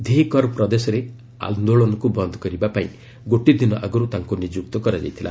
ଧି କର୍ ପ୍ରଦେଶରେ ଆନ୍ଦୋଳନକୁ ବନ୍ଦ କରିବା ପାଇଁ ଗୋଟିଏ ଦିନ ଆଗରୁ ତାଙ୍କୁ ନିଯୁକ୍ତ କରାଯାଇଥିଲା